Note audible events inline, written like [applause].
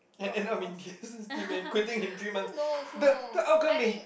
and and I mean [laughs] you mean quitting in three months the the outcome may